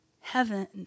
heaven